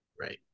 Right